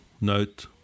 note